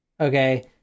Okay